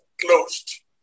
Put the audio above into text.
closed